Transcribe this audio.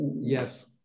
Yes